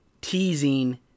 teasing